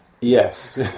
Yes